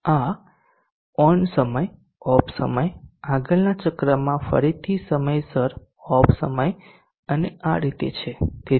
આ ઓન સમય ઓફ સમય આગળના ચક્રમાં ફરીથી સમયસર ઓફ સમય અને આ રીતે છે